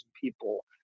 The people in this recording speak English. people